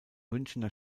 münchener